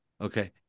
okay